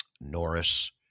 Norris